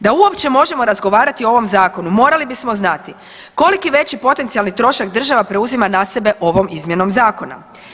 Da uopće možemo razgovarati o ovom zakonu morali bismo znati koliko veći potencijalni trošak država preuzima na sebe ovom izmjenom zakona.